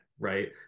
right